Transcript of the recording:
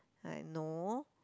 I know